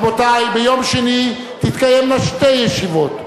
רבותי, ביום שני תתקיימנה שתי ישיבות.